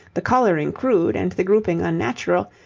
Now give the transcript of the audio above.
the colouring crude, and the grouping unnatural,